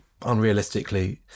unrealistically